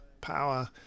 power